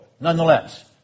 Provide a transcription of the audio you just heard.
Nonetheless